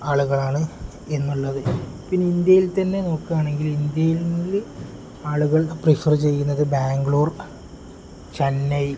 ആളുകളാണ് എന്നുള്ളത് പിന്നെ ഇന്ത്യയിൽ തന്നെ നോക്കുകയാണെങ്കിൽ ഇന്ത്യയിൽ ആളുകൾ പ്രിഫർ ചെയ്യുന്നത് ബാംഗ്ലൂർ ചെന്നൈ